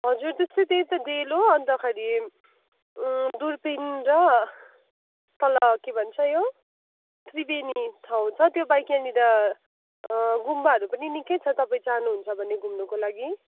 हजुर त्यस्तै त्यही छ डेलो अन्तखेरि दुर्पिन र तल के भन्छ यो त्रिवेणी ठाउँ त्यो बाहेक त्यहाँनिर गुम्बाहरू पनि निकै छ तपाईँ जानुहुन्छ भने घुम्नुको लागि